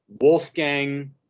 wolfgang